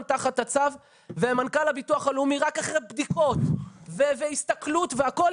תחת הצו ומנכ"ל הביטוח הלאומי רק אחרי בדיקות והסתכלות והכל,